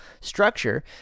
structure